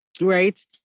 right